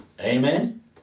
Amen